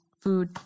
food